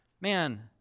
Man